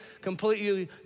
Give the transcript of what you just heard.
completely